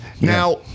Now